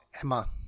Emma